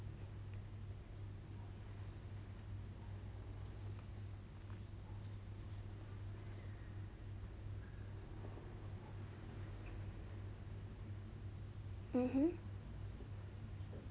mmhmm